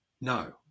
no